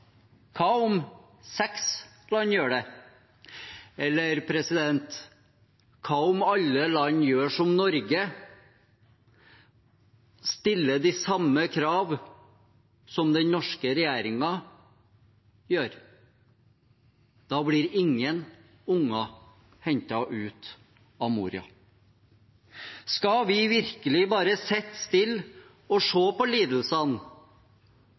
Hva om seks land gjør det? Eller hva om alle land gjør som Norge og stiller de samme kravene som den norske regjeringen gjør? Da blir ingen barn hentet ut av Moria. Skal vi virkelig bare sitte stille og se på lidelsene?